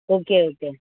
okay okay